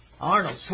Arnold